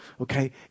Okay